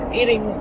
eating